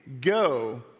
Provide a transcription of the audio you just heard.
go